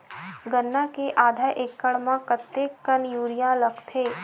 गन्ना के आधा एकड़ म कतेकन यूरिया लगथे?